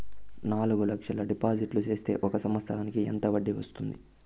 నాలుగు లక్షల డిపాజిట్లు సేస్తే ఒక సంవత్సరానికి ఎంత వడ్డీ వస్తుంది?